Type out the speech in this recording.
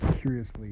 curiously